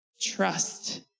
trust